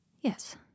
Yes